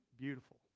beautiful